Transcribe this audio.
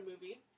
movie